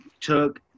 took